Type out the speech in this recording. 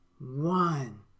One